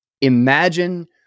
imagine